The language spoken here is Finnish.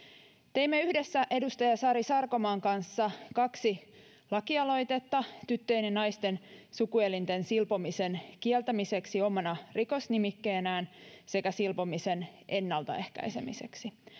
teimme yhdessä edustaja sari sarkomaan kanssa kaksi lakialoitetta tyttöjen ja naisten sukuelinten silpomisen kieltämiseksi omana rikosnimikkeenään sekä silpomisen ennaltaehkäisemiseksi